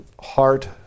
heart